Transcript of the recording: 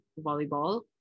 volleyball